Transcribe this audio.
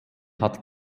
hat